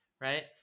right